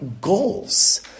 goals